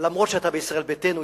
אף שאתה בישראל ביתנו,